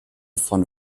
von